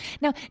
Now